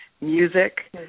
music